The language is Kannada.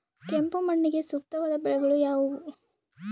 ಕೆಂಪು ಮಣ್ಣಿಗೆ ಸೂಕ್ತವಾದ ಬೆಳೆಗಳು ಯಾವುವು?